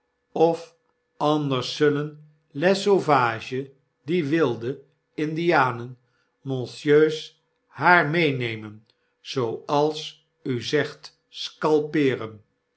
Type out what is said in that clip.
of anders zullen les sauvages die wilde indianen monsieur's haar meenemen zooals u zegt scalpeeren